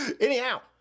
Anyhow